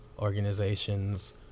Organizations